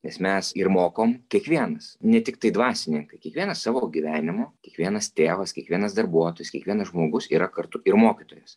nes mes ir mokom kiekvienas ne tiktai dvasininkai kiekvienas savo gyvenimu kiekvienas tėvas kiekvienas darbuotojas kiekvienas žmogus yra kartu ir mokytojas